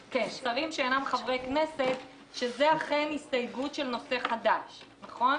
היועץ המשפטי של ועדת החוקה.